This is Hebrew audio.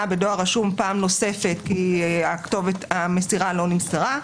בדואר רשום פעם נוספת כי המסירה לא נמסרה.